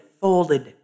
folded